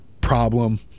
problem